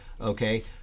okay